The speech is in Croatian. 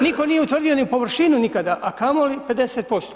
Nitko nije utvrdio ni površinu nikada a kamoli 50%